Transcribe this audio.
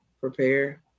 prepare